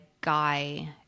guy